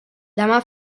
demà